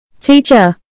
Teacher